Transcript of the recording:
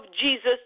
Jesus